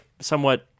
somewhat